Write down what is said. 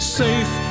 safe